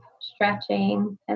stretching